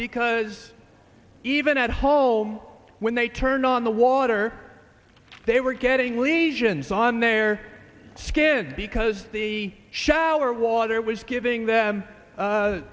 because even at home when they turned on the water they were getting lesions on their skin because the shower water was giving them